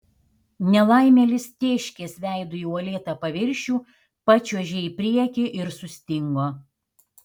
nelaimėlis tėškės veidu į uolėtą paviršių pačiuožė į priekį ir sustingo